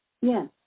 Yes